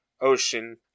Ocean